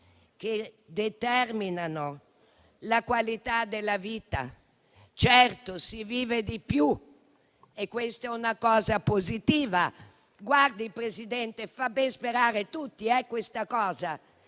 che determinano la qualità della vita. Certo, si vive di più e questa è una cosa positiva, signor Presidente, che fa ben sperare tutti, ma la